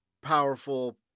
powerful